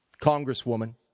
Congresswoman